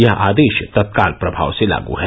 यह आदेश तत्काल प्रभाव से लागू है